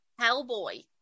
Hellboy